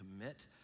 commit